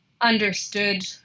understood